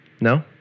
No